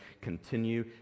continue